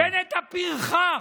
בנט הפרחח.